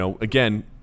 again